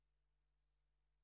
על דעת כל או שני חלקי הבית,